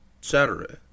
Saturday